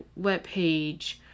webpage